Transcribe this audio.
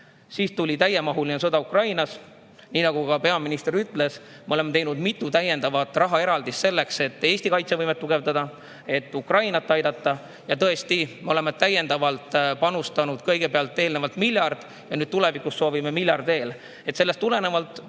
Siis tuli täiemahuline sõda Ukrainas. Nii nagu ka peaminister ütles, me oleme teinud mitu täiendavat rahaeraldist selleks, et Eesti kaitsevõimet tugevdada ja Ukrainat aidata. Tõesti, me oleme täiendavalt panustanud kõigepealt miljardi ja tulevikus soovime [panustada] miljardi veel. Sellest tulenevalt ongi